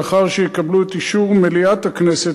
לאחר שיקבלו את אישור מליאת הכנסת,